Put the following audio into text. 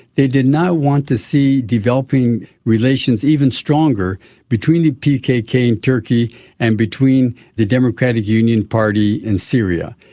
they did not want to see developing relations even stronger between the pkk in turkey and between the democratic union party in syria,